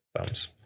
thumbs